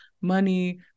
money